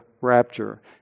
rapture